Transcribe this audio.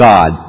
God